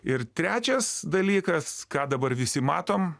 ir trečias dalykas ką dabar visi matom